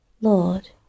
Lord